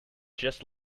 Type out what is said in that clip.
just